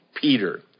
Peter